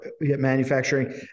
manufacturing